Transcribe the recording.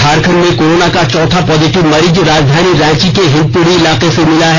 झारखण्ड में कोरोना का चौथा पॉजिटिव मरीज राजधानी रांची के हिन्दपीढ़ी इलाके से मिला है